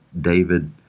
David